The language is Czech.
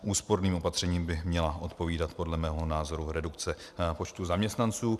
Úsporným opatřením by měla odpovídat podle mého názoru redukce počtu zaměstnanců.